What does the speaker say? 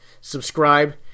Subscribe